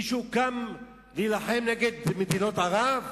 מישהו קם להילחם נגד מדינות ערב?